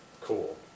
Cool